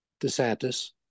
DeSantis